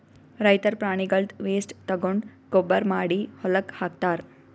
ರೈತರ್ ಪ್ರಾಣಿಗಳ್ದ್ ವೇಸ್ಟ್ ತಗೊಂಡ್ ಗೊಬ್ಬರ್ ಮಾಡಿ ಹೊಲಕ್ಕ್ ಹಾಕ್ತಾರ್